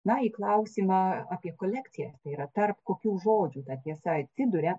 na į klausimą apie kolekcijas tai yra tarp kokių žodžių ta tiesa atsiduria